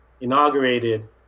inaugurated